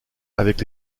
avec